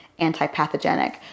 antipathogenic